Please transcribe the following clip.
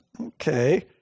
Okay